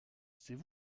c’est